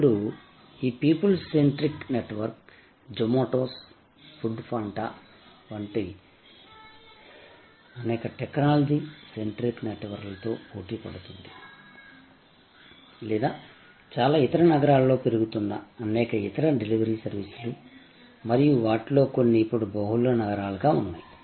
ఇప్పుడు ఈ people centric network Zomato's Foodpanda వంటి అనేక టెక్నాలజీ సెంట్రిక్ నెట్వర్క్లతో పోటీ పడుతుంది లేదా చాలా ఇతర నగరాల్లో పెరుగుతున్న అనేక ఇతర డెలివరీ సర్వీసులు మరియు వాటిలో కొన్ని ఇప్పుడు బహుళ నగరాలుగా ఉన్నాయి